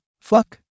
Fuck